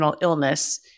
illness